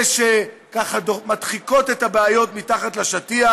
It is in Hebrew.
אלה שמדחיקות את הבעיות אל מתחת לשטיח